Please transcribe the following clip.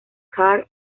carr